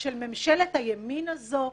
של ממשלת הימין הזאת,